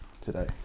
today